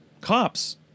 cops